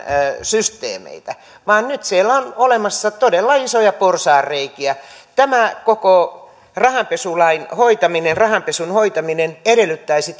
systeemeitä vaan nyt siellä on olemassa todella isoja porsaanreikiä tämä koko rahanpesulain hoitaminen rahanpesun hoitaminen edellyttäisi